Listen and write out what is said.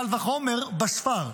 קל וחומר בסְפָר.